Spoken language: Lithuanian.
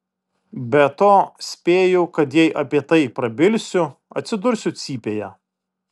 be to spėju kad jei apie tai prabilsiu atsidursiu cypėje